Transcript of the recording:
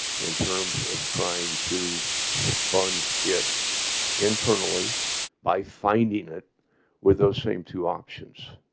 in terms of trying to fund it internally by finding it with those same two options